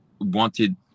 wanted